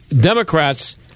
Democrats